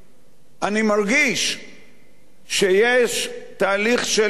אני מרגיש שיש תהליך של הבשלה